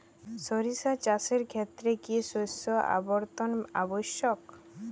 সরিষা চাষের ক্ষেত্রে কি শস্য আবর্তন আবশ্যক?